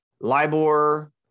Libor